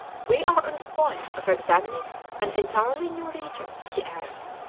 we are on the point of examining an entirely new region, he adds,